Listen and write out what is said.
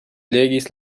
legis